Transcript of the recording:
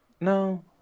No